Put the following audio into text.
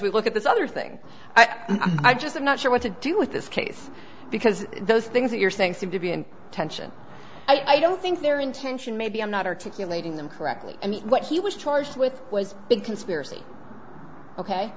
we look at this other thing i'm just i'm not sure what to do with this case because those things that you're saying seem to be in tension i don't think their intention maybe i'm not articulating them correctly and what he was charged with was a big conspiracy ok